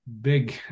big